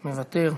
מוותר.